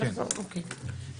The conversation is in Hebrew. בבקשה.